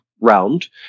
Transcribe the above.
round